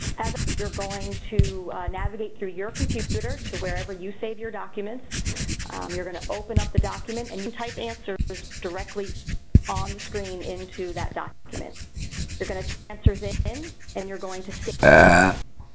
as you're going to navigate through your computer to wherever you save your documents you're gonna open up the document and you type answers directly on the screen into that document they're gonna answers it in and you're going to save save it.